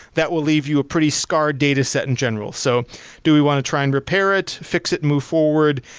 that will leave you pretty scarred dataset in general. so do we want to try and repair it, fix it, move forward?